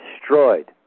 destroyed